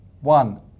one